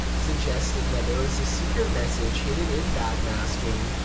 suggesting that there was a secret message hidden in backmasking.